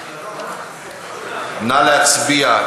נא להצביע.